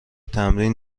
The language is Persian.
تمرین